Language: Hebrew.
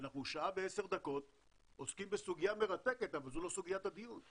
אנחנו שעה ועשר דקות עוסקים בסוגיה מרתקת אבל זו לא סוגיית הדיון.